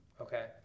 okay